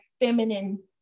feminine